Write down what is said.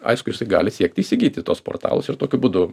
aišku jisai gali siekti įsigyti tuos portalas ir tokiu būdu